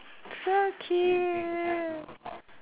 so cute